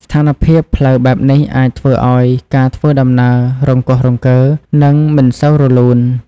ស្ថានភាពផ្លូវបែបនេះអាចធ្វើឱ្យការធ្វើដំណើរ រង្គោះរង្គើ និងមិនសូវរលូន។